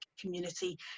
community